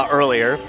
earlier